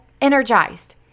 energized